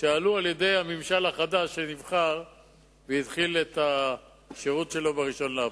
שעלו על-ידי הממשל החדש שנבחר והתחיל את השירות שלו ב-1 באפריל.